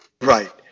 Right